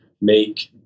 make